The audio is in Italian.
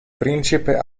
principe